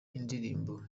indirimbo